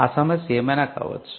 ఆ సమస్య ఏమైనా కావచ్చు